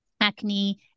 acne